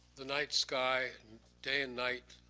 the night sky and day and night,